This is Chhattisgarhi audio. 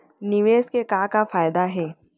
निवेश के का का फयादा हे?